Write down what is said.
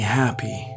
happy